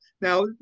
Now